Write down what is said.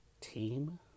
team